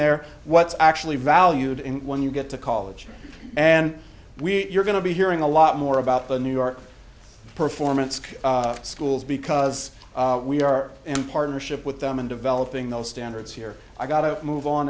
they're what's actually valued in when you get to college and we you're going to be hearing a lot more about the new york performance schools because we are in partnership with them in developing those standards here i got to move on